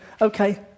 Okay